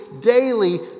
daily